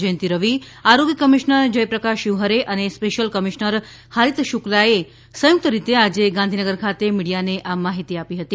જયંતી રવિ આરોગ્ય કમિશ્નર જયપ્રકાશ શિવહરે અને special commissioner Harit શુકલાએ સંયુકત રીતે આજે ગાંધીનગર ખાતે મીડિયાને આ માહિતી આપી હતી